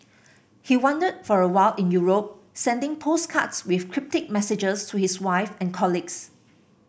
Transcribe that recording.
he wandered for a while in Europe sending postcards with cryptic messages to his wife and colleagues